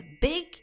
big